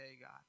God